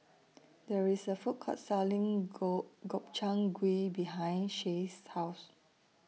There IS A Food Court Selling Gob Gobchang Gui behind Shay's House